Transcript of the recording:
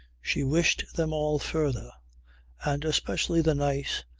she wished them all further and especially the nice,